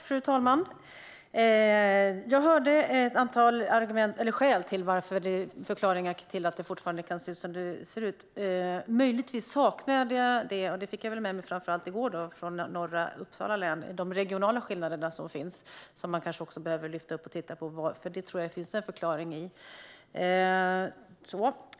Fru talman! Jag hörde ett antal förklaringar till att det ser ut som det gör. Möjligtvis saknade jag den som jag fick med mig i går från norra Uppsala län, det vill säga de regionala skillnader som finns. Dem behöver man också lyfta upp och titta på, för här finns också en förklaring.